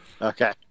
Okay